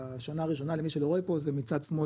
השנה הראשונה למי שלא רואה פה זה מצד שמאל,